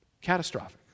Catastrophic